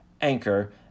Anchor